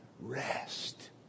Rest